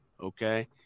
Okay